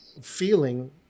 feeling